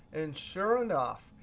and, sure enough,